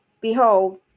behold